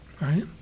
Right